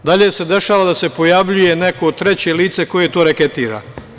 Dalje se dešava da se pojavljuje neko treće lice koje to reketira.